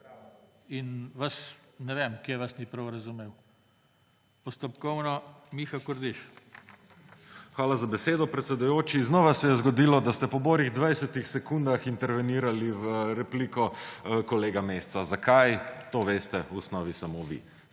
In ne vem, kje vas ni prav razumel. Postopkovno, Miha Kordiš. **MIHA KORDIŠ (PS Levica):** Hvala za besedo, predsedujoči. Znova se je zgodilo, da ste po borih 20 sekundah intervenirali v repliko kolega Mesca. Zakaj? To veste v osnovi samo vi.